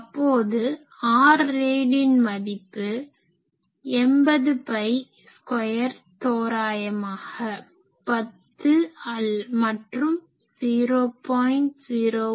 அப்போது R rad இன் மதிப்பு 80 பை ஸ்கொயர் தோரயமாக 10 மற்றும் 0